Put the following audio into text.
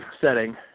setting